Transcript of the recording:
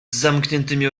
zamkniętymi